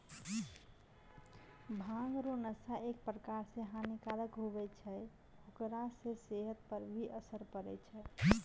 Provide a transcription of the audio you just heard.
भांग रो नशा एक प्रकार से हानी कारक हुवै छै हेकरा से सेहत पर भी असर पड़ै छै